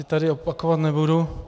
Ty tady opakovat nebudu.